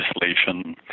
legislation